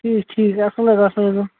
ٹھیٖک ٹھیٖک اَصٕل حظ اصٕل حظ گوٚو